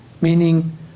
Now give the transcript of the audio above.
meaning